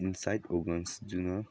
insight ꯑꯣꯔꯒꯥꯟꯁꯇꯨꯅ